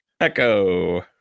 Echo